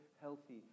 healthy